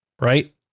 right